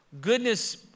Goodness